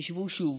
חשבו שוב.